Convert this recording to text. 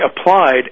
applied